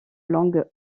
langue